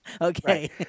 Okay